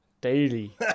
Daily